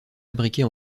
fabriqués